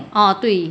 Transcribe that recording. orh 对